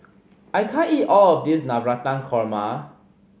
I can't eat all of this Navratan Korma